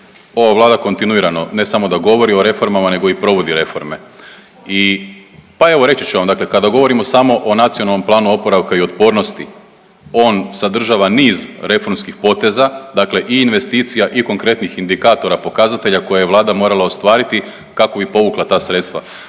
Ova vlada kontinuirano ne samo da govori o reformama nego i provodi reforme. I pa reći ću vam dakle kada govorimo samo o NPOO-u on sadržava niz reformskih poteza i investicija i konkretnih indikatora pokazatelja koje je vlada morala ostvariti kako bi povukla ta sredstva.